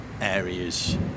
areas